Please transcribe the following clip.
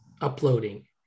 uploading